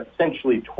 essentially